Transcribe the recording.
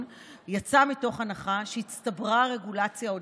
יצאה מתוך ההנחה שהצטברה רגולציה עודפת,